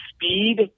speed